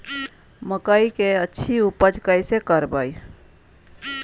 मकई की अच्छी उपज कैसे करे?